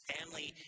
Family